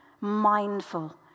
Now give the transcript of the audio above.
mindful